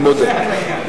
אני מודה.